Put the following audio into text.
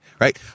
right